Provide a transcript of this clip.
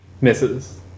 Misses